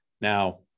Now